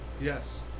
Yes